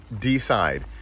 Decide